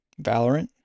valorant